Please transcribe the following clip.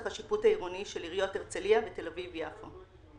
השיפוט העירוני של עיריות הרצליה ותל-אביב יפו.